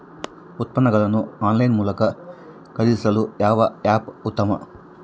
ಉತ್ಪನ್ನಗಳನ್ನು ಆನ್ಲೈನ್ ಮೂಲಕ ಖರೇದಿಸಲು ಯಾವ ಆ್ಯಪ್ ಉತ್ತಮ?